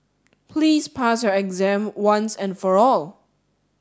please pass your exam once and for all